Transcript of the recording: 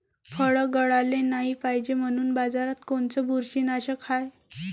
फळं गळाले नाही पायजे म्हनून बाजारात कोनचं बुरशीनाशक हाय?